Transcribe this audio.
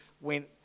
went